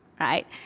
right